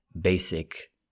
basic